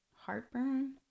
heartburn